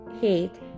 Hate